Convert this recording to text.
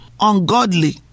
ungodly